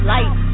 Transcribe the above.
Light